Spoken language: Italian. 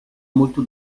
molto